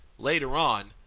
later on,